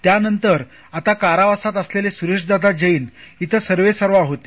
त्यानंतर आता कारावासात असलेले सुरेशदादा जैन इथे सर्वेसर्वा होते